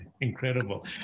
Incredible